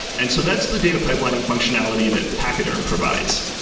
and so that's the data pipelining functionality that pachyderm provides,